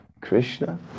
Krishna